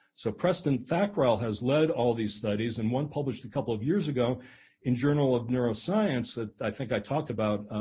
so, preston thakral has led all these studies and one published a couple of years ago in journal of neuroscience that i think i talked about